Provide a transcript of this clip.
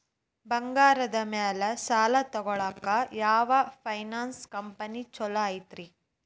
ಬಂಗಾರದ ಮ್ಯಾಲೆ ಸಾಲ ತಗೊಳಾಕ ಯಾವ್ ಫೈನಾನ್ಸ್ ಕಂಪನಿ ಛೊಲೊ ಐತ್ರಿ?